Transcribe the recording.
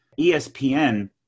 ESPN